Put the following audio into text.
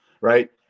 right